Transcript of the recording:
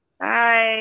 Bye